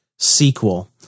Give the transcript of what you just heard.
Sequel